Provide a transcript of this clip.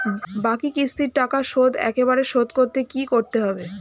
বাকি কিস্তির টাকা শোধ একবারে শোধ করতে কি করতে হবে?